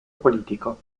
politico